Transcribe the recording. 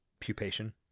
Pupation